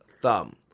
thumb